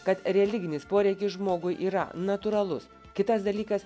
kad religinis poreikis žmogui yra natūralus kitas dalykas